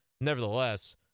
nevertheless